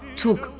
took